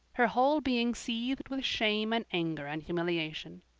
her whole being seethed with shame and anger and humiliation.